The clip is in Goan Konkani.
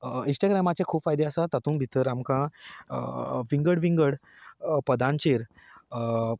इंस्टाग्रामाचे खूब फायदे आसात तातूंत भितर आमकां विंगड विंगड पदांचेर